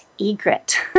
egret